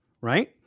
right